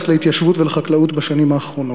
להתיישבות ולחקלאות בשנים האחרונות,